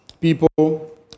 people